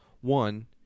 One